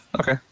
Okay